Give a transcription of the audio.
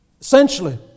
Essentially